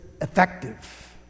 effective